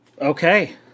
Okay